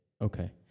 okay